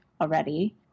already